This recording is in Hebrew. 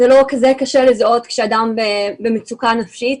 לא כל כך קשה לזהות כשאדם במצוקה נפשית,